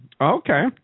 Okay